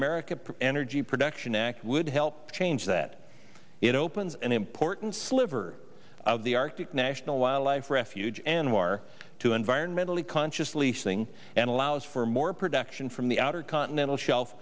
american energy production act would help change that it opens an important sliver of the arctic national wildlife refuge anwar to environmentally conscious leasing and allows for more production from the outer continental shelf